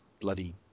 bloody